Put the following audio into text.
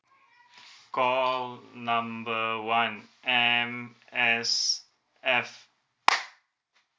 call number one M_S_F